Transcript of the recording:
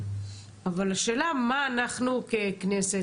אבל השאלה מה אנחנו ככנסת,